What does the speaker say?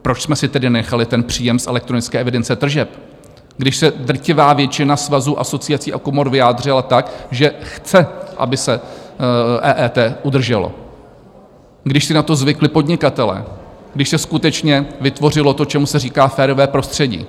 Proč jsme si tedy nenechali ten příjem z elektronické evidence tržeb, když se drtivá většina svazů, asociací a komor vyjádřila tak, že chce, aby se EET udrželo, když si na to zvykli podnikatelé, když se skutečně vytvořilo to, čemu se říká férové prostředí?